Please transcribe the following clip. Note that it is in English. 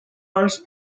cars